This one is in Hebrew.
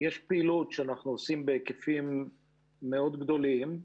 יש פעילות שאנחנו עושים בהיקפים מאוד גדולים.